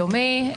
יומי,